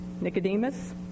Nicodemus